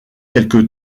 quelque